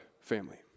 family